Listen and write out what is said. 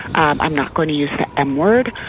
i'm i'm not going to use the m word